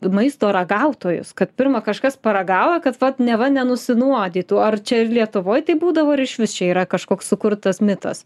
maisto ragautojus kad pirma kažkas paragauja kad vat neva nenusinuodytų ar čia ir lietuvoj tai būdavo ir išvis čia yra kažkoks sukurtas mitas